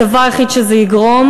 הדבר היחיד שזה יגרום,